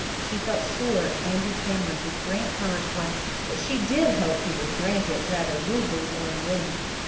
she felt sure andrew cameron would grant her request, but she did hope he would grant it rather rudely or unwillingly.